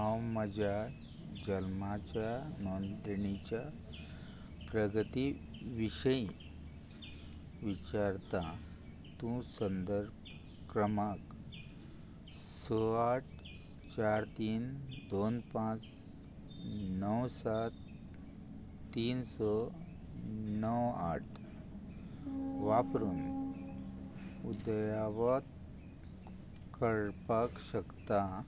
हांव म्हज्या जल्माच्या नोंदणीच्या प्रगती विशयी विचारतां तूं संदर्भ क्रमांक स आठ चार तीन दोन पांच णव सात तीन स णव आठ वापरून उद्यावत करपाक शकता